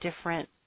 different